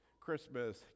Christmas